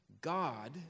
God